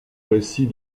récit